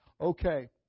Okay